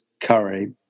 curry